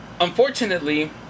unfortunately